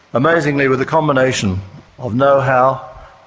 amazingly with the combination of know-how,